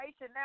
now